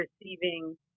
receiving